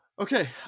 okay